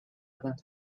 other